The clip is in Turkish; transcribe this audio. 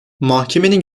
mahkemenin